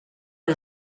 are